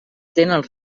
tenen